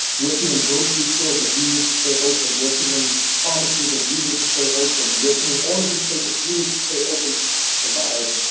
working in grocery stores that you need to stay open, working in pharmacies that you need to stay open, working in all of these places you need to stay open to to survive.